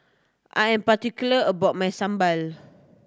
I am particular about my sambal